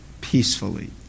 peacefully